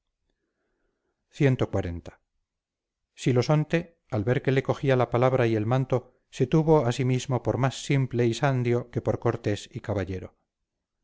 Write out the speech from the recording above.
deseado cxl silosonte al ver que le cogía la palabra y el manto se tuvo a sí mismo por más simple y sandio que por cortés y caballero